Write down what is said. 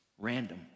random